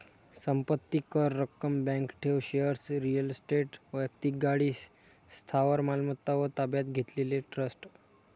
संपत्ती कर, रक्कम, बँक ठेव, शेअर्स, रिअल इस्टेट, वैक्तिक गाडी, स्थावर मालमत्ता व ताब्यात घेतलेले ट्रस्ट